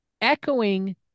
echoing